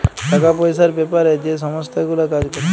টাকা পয়সার বেপারে যে সংস্থা গুলা কাজ ক্যরে